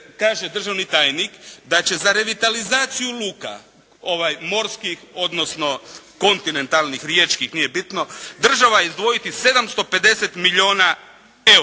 kaže državni tajnik da će za revitalizaciju luka morskih odnosno kontinentalnih riječkih, nije bitno, država izdvojiti 750 milijuna eura.